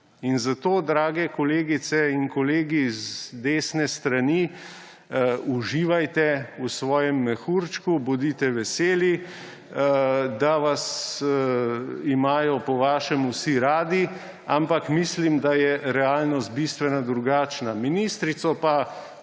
In zato, dragi kolegice in kolegi z desne strani, uživajte v svojem mehurčku, bodite veseli, da vas imajo po vašem vsi radi. Ampak mislim, da je realnost bistveno drugačna. Ministrice pa